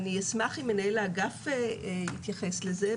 אני אשמח אם מנהל האגף יתייחס לזה.